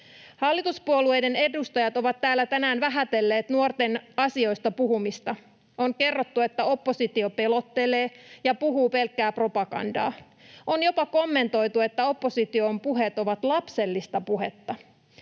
Hallituspuolueiden edustajat ovat täällä tänään vähätelleet nuorten asioista puhumista. On kerrottu, että oppositio pelottelee ja puhuu pelkkää propagandaa. On jopa kommentoitu, että opposition puheet ovat lapsellista puhetta.